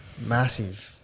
massive